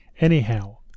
Anyhow